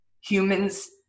Humans